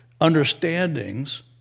understandings